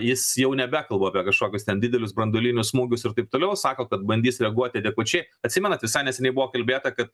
jis jau nebekalba apie kažkokius ten didelius branduolinius smūgius ir taip toliau sako kad bandys reaguoti adekvačiai atsimenat visai neseniai buvo kalbėta kad